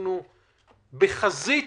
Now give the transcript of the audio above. אנחנו בחזית